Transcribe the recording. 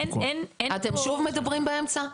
אתם שוב מדברים באמצע?